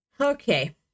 okay